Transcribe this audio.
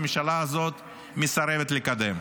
הממשלה הזאת מסרבת לקדם.